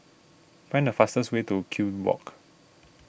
find the fastest way to Kew Walk